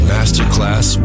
Masterclass